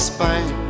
Spain